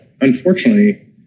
unfortunately